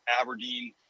Aberdeen